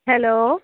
hello